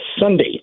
Sunday